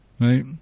Right